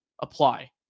apply